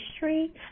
History